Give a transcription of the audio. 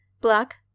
Black